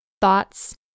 thoughts